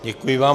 Děkuji vám.